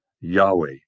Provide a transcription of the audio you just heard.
Yahweh